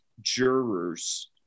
jurors